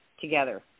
together